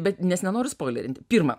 bet nes nenoriu spoilint pirma